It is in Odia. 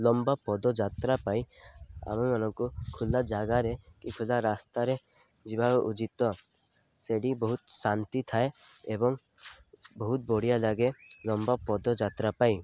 ଲମ୍ବା ପଦ ଯାତ୍ରା ପାଇଁ ଆମେମାନଙ୍କୁ ଖୋଲା ଜାଗାରେ କି ଖୋଲା ରାସ୍ତାରେ ଯିବା ଉଚିତ ସେଠି ବହୁତ ଶାନ୍ତି ଥାଏ ଏବଂ ବହୁତ ବଢ଼ିଆ ଲାଗେ ଲମ୍ବା ପଦଯାତ୍ରା ପାଇଁ